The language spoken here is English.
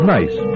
Nice